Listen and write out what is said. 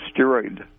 steroid